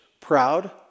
proud